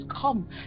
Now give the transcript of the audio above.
come